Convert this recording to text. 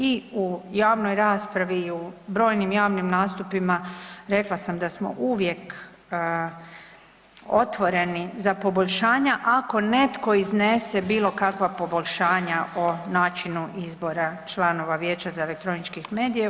I u javnoj raspravi i u brojnim javnim nastupima, rekla sam da smo uvijek otvoreni za poboljšanja ako netko iznese bilo kakva poboljšanja o načinu izbora članova Vijeća za elektroničke medije.